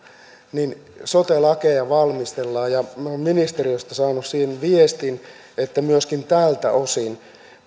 että sote lakeja valmistellaan ja olen ministeriöstä saanut siitä viestin että sote lainsäädäntöä valmistellaan myöskin tältä osin